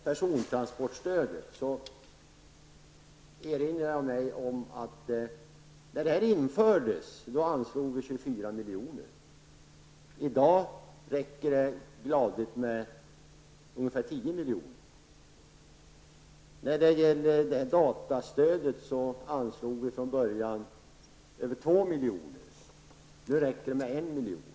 Herr talman! När det gäller persontransportstödet erinrar jag mig att vi när det infördes anslog 24 miljoner. I dag räcker det gladligen med ungefär 10 miljoner. När datastödet infördes anslog vi drygt 2 miljoner. Nu räcker det med 1 miljon.